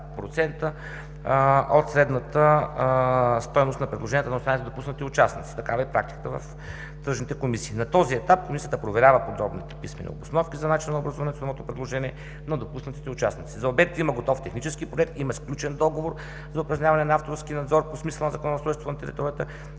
от 20% от средната стойност на предложенията на останалите допуснати участници. Такава е практиката в тръжните комисии. На този етап Комисията проверява подробните писмени обосновки за начина на образуване на самото предложение на допуснатите участници. За обекта има готов технически проект, има сключен договор за упражняване на авторския надзор по смисъла на Закона за устройство на територията